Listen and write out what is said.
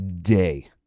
day